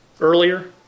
Earlier